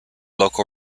local